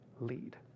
lead